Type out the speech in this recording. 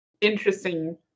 interesting